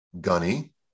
Gunny